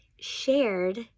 shared